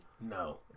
No